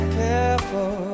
careful